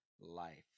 life